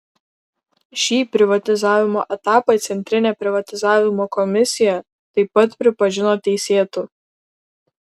šį privatizavimo etapą centrinė privatizavimo komisija taip pat pripažino teisėtu